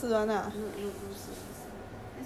li~ like that lah that's why he PES E nine [what]